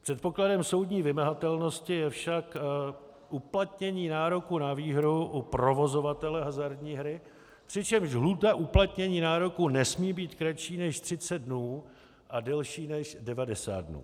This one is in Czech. Předpokladem soudní vymahatelnosti je však uplatnění nároku na výhru u provozovatele hazardní hry, přičemž lhůta uplatnění nároku nesmí být kratší než 30 dnů a delší než 90 dnů.